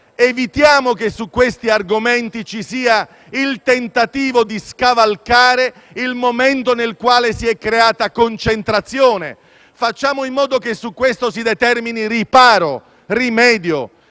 evitiamo però su questi argomenti il tentativo di scavalcare il momento nel quale si è creata concentrazione. Facciamo in modo che su questo si determini rimedio.